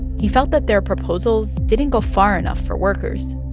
he felt that their proposals didn't go far enough for workers.